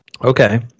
Okay